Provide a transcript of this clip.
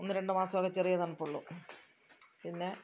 ഒന്ന് രണ്ട് മാസമൊക്കെ ചെറിയ തണുപ്പുള്ളു പിന്നെ